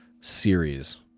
series